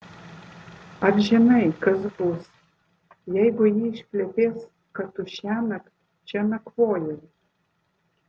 ar žinai kas bus jeigu ji išplepės kad tu šiąnakt čia nakvojai